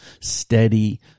steady